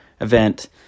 event